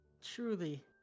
Truly